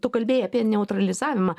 tu kalbėjai apie neutralizavimą